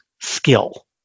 skill